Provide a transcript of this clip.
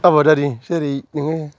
आबादारि जेरै नोङो